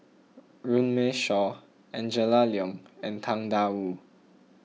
Runme Shaw Angela Liong and Tang Da Wu